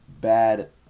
bad